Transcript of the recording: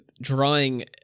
drawing